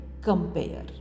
compare